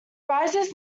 rises